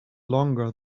longer